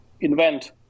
invent